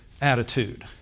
attitude